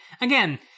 again